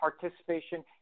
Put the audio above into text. participation